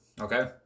okay